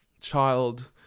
child